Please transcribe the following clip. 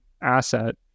asset